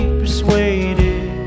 persuaded